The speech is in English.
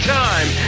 time